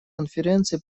конференции